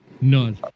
None